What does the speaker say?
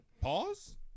Pause